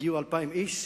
הגיעו 2,000 איש,